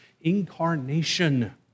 incarnation